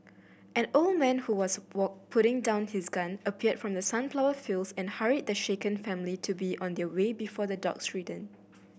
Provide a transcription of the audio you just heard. an old man who was putting down his gun appeared from the sunflower fields and hurried the shaken family to be on their way before the dogs return